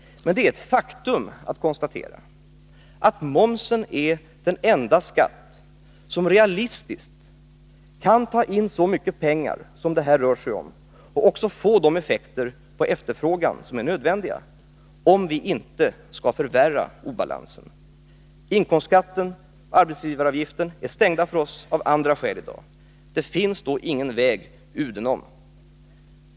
Men det är ett faktum att konstatera att momsen är den enda skatt som realistiskt kan ta in så mycket pengar som det här rör sig om och även få de effekter på efterfrågan som är nödvändiga, om vi inte skall förvärra obalansen. Inkomstskatten och arbetsgivaravgiften är stängda för oss av andra skäl i dag. Det finns ingen väg udenom.